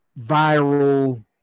viral